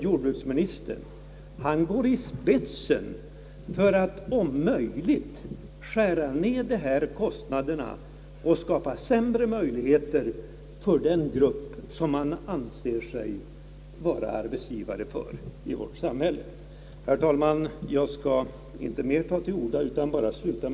Jordbruksministern går i spetsen för att om möjligt skära ned kostnaderna och skapa sämre möjligheter för den grupp som han anser sig vara arbetsgivare för i vårt samhälle.